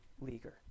leaguer